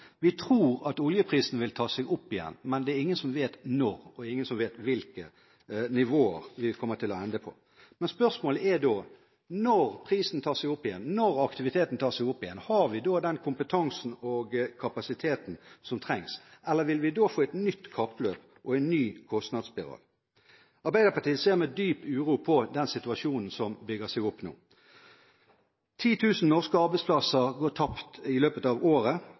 Vi tror at oljeprisen vil ta seg opp igjen, men det er ingen som vet når og ingen som vet hvilke nivåer vi kommer til å ende på. Spørsmålet er da: Når prisen tar seg opp igjen, når aktiviteten tar seg opp igjen, har vi da den kompetansen og kapasiteten som trengs, eller vil vi da få et nytt kappløp og en ny kostnadsspiral? Arbeiderpartiet ser med dyp uro på den situasjonen som bygger seg opp nå. 10 000 norske arbeidsplasser går tapt i løpet av året,